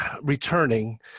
returning